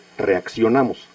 reaccionamos